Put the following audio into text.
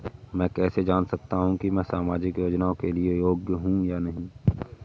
मैं कैसे जान सकता हूँ कि मैं सामाजिक योजना के लिए योग्य हूँ या नहीं?